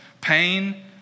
pain